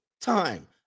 time